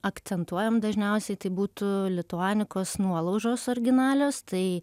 akcentuojam dažniausiai tai būtų lituanikos nuolaužos originalios tai